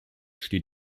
steht